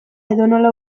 edonola